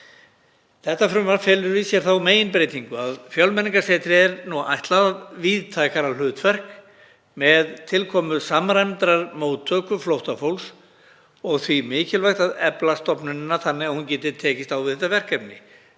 Þetta frumvarp felur í sér þá meginbreytingu að Fjölmenningarsetri er nú ætlað víðtækara hlutverk með tilkomu samræmdrar móttöku flóttafólks og því er mikilvægt að efla stofnunina þannig að hún geti tekist á við þetta verkefni.